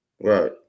Right